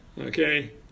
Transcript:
okay